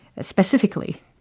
specifically